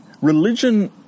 Religion